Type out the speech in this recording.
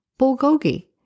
Bulgogi